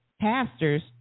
pastors